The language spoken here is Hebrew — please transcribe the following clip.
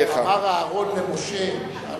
אמר אהרן למשה,